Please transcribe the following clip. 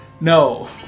no